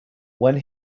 when